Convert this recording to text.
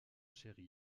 cherry